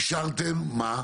אישרתם מה?